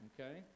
Okay